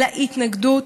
להתנגדות,